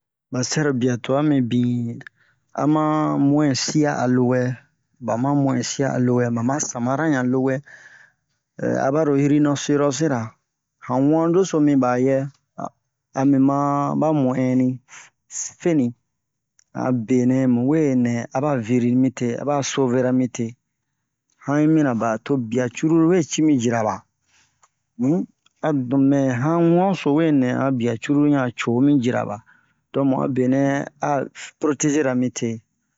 Ba sɛro bia tu'a mibin ama mu'in sia a lowɛ ba ma mu'in sia a lowɛ ba ma samara yan a lowɛ a baro rinosterosira han wan deso miba yɛ ami ma ba mu'ini feni han a benɛ mu we nɛ a viri mite a ba sovera mi te han'i mina ba to ba cruru we ci mi jira ba um a mɛ han wu'an so we nɛ a bia cruru han co mi jira ba don mu'a benɛ a protegera mi te